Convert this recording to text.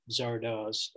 zardoz